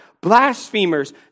blasphemers